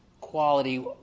quality